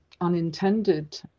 unintended